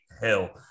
hell